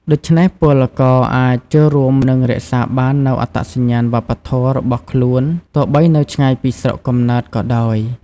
ដូច្នេះពលករអាចចូលរួម និងរក្សាបាននូវអត្តសញ្ញាណវប្បធម៌របស់ខ្លួន ទោះបីនៅឆ្ងាយពីស្រុកកំណើតក៏ដោយ ។